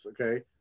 okay